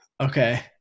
Okay